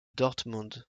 dortmund